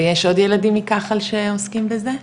ויש עוד ילדים מכחל שעוסקים בזה?